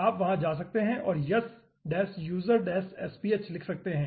आप वहां जा सकते हैं और yes USER SPH लिख सकते हैं